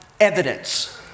evidence